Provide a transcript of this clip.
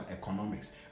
economics